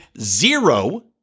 zero